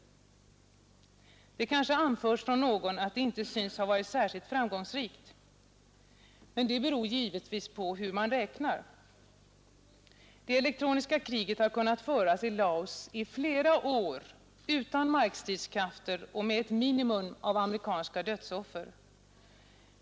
Det kanske anförs från någon att det inte synes ha varit särskilt framgångsrikt. Detta beror givetvis på hur man räknar. Det elektroniska kriget har kunnat föras i Laos i flera år utan markstridskrafter och med ett minimum av amerikanska dödsoffer.